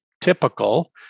typical